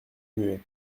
muet